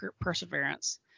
perseverance